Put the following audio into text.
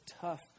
tough